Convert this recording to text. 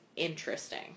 Interesting